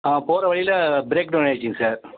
போகற வழியில் ப்ரேக்டௌன் ஆயிடுச்சுங்க சார்